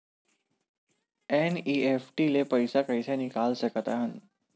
NEFT ले पईसा कइसे निकाल सकत हन?